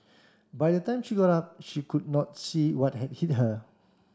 by the time she got up she could not see what had hit her